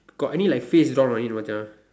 got any like face drawn on it Macha